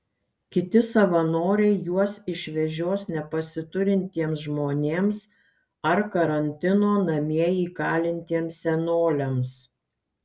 kiti savanoriai juos išvežios nepasiturintiems žmonėms ar karantino namie įkalintiems senoliams